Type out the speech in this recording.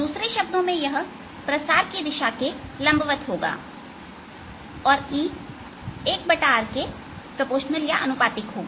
दूसरे शब्दों में यह प्रसार की दिशा के लंबवत होगा और e 1r के अनुपातिक होगा